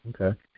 okay